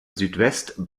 südwest